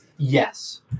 yes